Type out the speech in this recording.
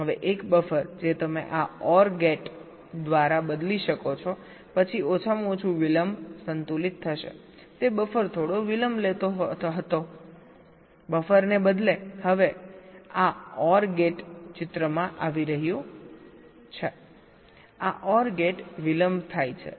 હવે એક બફર જે તમે આ OR ગેટ દ્વારા બદલી શકો છો પછી ઓછામાં ઓછું વિલંબ સંતુલિત થશે તે બફર થોડો વિલંબ લેતો હતો બફરને બદલે હવે હવે આ OR ગેટ ચિત્રમાં આવી રહ્યું છે આ OR ગેટ વિલંબ થાય છે